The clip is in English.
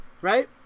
Right